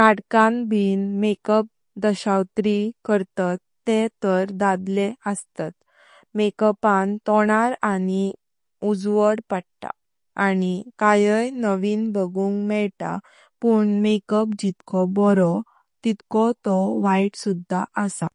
नाटकांग बिन मेक-अप दशावतारी करतात ते तार डलले असतात। मेकपान टोनर आनि उज़्वाड पडता आनि कयय नवीन बगुंग मेइता पुन मेकअप जितको बरो तितको वैत सुधा आसा।